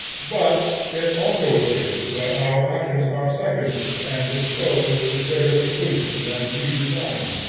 but it also appears that our actions are seconded and disposed to greater conclusions than we designed.